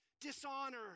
dishonor